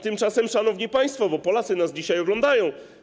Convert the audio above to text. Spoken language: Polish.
Tymczasem, szanowni państwo, bo Polacy nas dzisiaj oglądają.